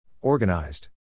Organized